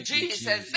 Jesus